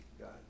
God